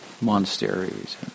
monasteries